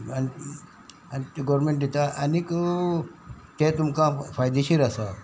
आनी आनी गोरमेंट दिता आनीक ते तुमकां फायदेशीर आसा